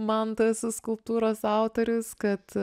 mantas su skulptūros autorius kad